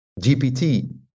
GPT